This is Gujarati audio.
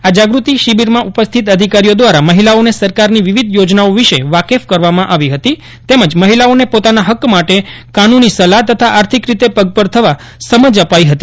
આ જાગૃતિ શિબિરમાં ઉપસ્થિત અધિકારી ઓ દ્વારા મહિલાઓને સરકારની વિવિધ યોજનાઓ વિશે વાકેફ કરવામાં આવી ફતી તેમજ મહિલા ઓને પોતાના ફક્ક માટે કાનૂની સલાફ તથા આર્થિક રીતે પગભર થવા સમજ અપાઇ ફતી